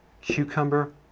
cucumber